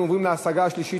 אנחנו עוברים להשגה השלישית,